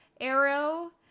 arrow